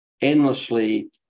endlessly